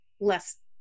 less